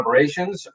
collaborations